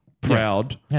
proud